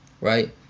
right